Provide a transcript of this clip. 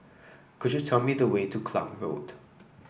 could you tell me the way to Klang Road